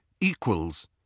equals